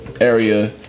area